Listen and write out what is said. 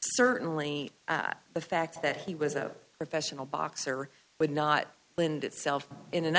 certainly are the fact that he was a professional boxer would not lend itself in an